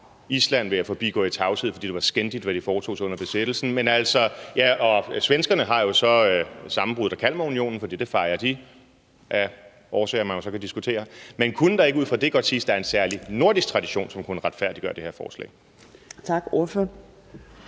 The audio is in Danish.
Island vil jeg forbigå i tavshed, fordi det var skændigt, hvad de foretog sig under besættelsen; ja, og svenskerne har jo så sammenbruddet af Kalmarunionen, for det fejrer de, af årsager, man så kan diskutere. Men kunne man ikke godt ud fra det sige, at der er en særlig nordisk tradition, som kunne retfærdiggøre det her forslag? Kl.